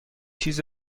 چیز